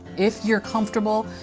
if you're comfortable,